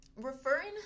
referring